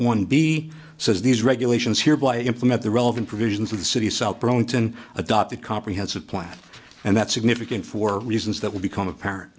one b says these regulations hereby implement the relevant provisions of the city's south burlington adopt a comprehensive plan and that's significant for reasons that will become apparent